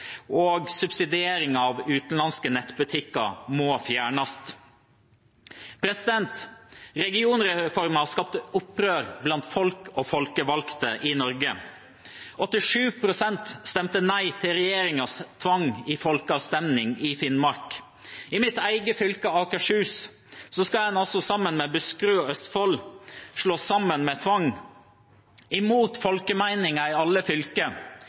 og subsidieringen av utenlandske nettbutikker må fjernes. Regionreformen skapte opprør blant folk og folkevalgte i Norge. 87 pst. stemte nei til regjeringens tvang ved folkeavstemning i Finnmark. I mitt eget fylke, Akershus, skal en altså sammen med Buskerud og Østfold slås sammen med tvang, imot folkemeningen i alle fylker,